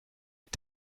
mit